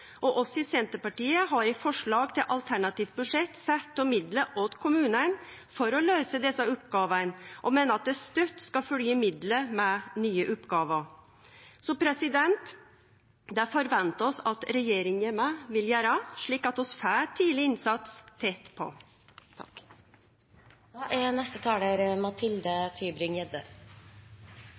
i Senterpartiet har i forslag til alternativt budsjett sett av midlar til kommunane for å løyse desse oppgåvene, og meiner at det støtt skal følgje midlar med nye oppgåver. Det forventar vi at regjeringa òg vil gjere, slik at vi får tidleg innsats tett på. Høyres desidert viktigste hovedsak har vært tidlig innsats, og det er